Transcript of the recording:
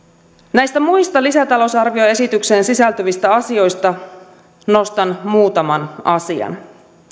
näistä muista lisätalousarvioesitykseen sisältyvistä asioista nostan muutaman asian